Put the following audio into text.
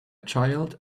child